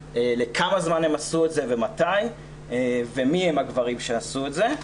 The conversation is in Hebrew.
לכמה זמן הם עשו את זה ומתי ומי הם הגברים שעשו את זה.